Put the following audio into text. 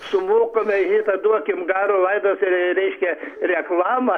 sumokame itą duokim garo laidos ir reiškia reklamą